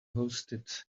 hosted